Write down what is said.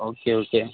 okay okay